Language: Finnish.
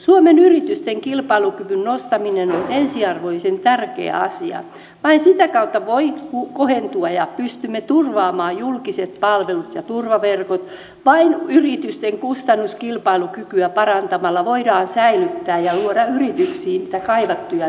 suomen yritysten kilpailukyvyn nostaminen on ensiarvoisen tärkeä asia vain sitä kautta voimme kohentaa ja pystymme turvaamaan julkiset palvelut ja turvaverkot vain yritysten kustannuskilpailukykyä parantamalla voidaan säilyttää ja luoda yrityksiin niitä kaivattuja työpaikkoja